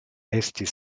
estis